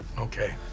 Okay